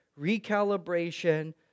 recalibration